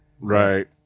Right